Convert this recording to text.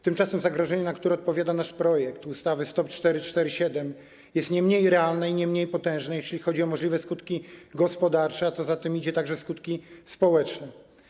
Tymczasem zagrożenie, na które odpowiada nasz projekt ustawy Stop 447, jest nie mniej realne i nie mniej potężne, jeśli chodzi o możliwe skutki gospodarcze, a co za tym idzie - także skutki społeczne.